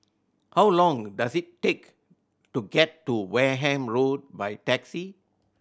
how long does it take to get to Wareham Road by taxi